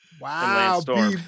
Wow